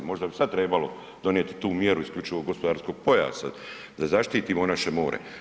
Možda bi sada trebalo donijeti tu mjeru isključivog gospodarskog pojasa da zaštitimo naše more.